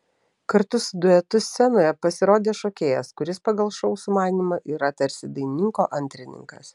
kartu su duetu scenoje pasirodė šokėjas kuris pagal šou sumanymą yra tarsi dainininko antrininkas